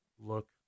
look